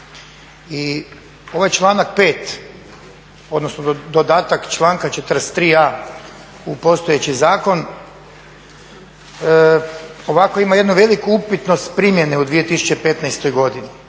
I ovaj članak 5., odnosno dodatak članka 43.a u postojeći zakon ovako ima jedno veliku upitnost primjene u 2015. godini,